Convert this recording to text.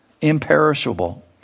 imperishable